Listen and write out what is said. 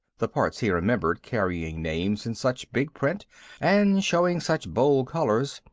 the parts he remembered carrying names in such big print and showing such bold colors,